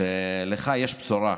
שיש לך בשורה,